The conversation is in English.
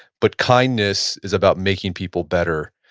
but kindness is about making people better,